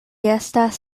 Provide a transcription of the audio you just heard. estas